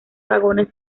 vagones